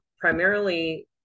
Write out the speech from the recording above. primarily